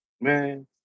Man